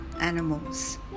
animals